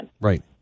Right